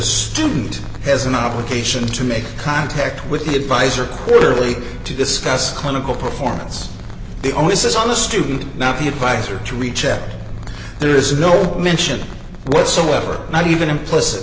student has an obligation to make contact with his visor quarterly to discuss clinical performance the onus is on the student not the advisor to recheck there is no mention whatsoever not even implicit